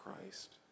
Christ